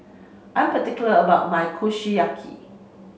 I'm particular about my Kushiyaki